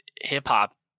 hip-hop